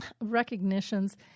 recognitions